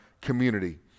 community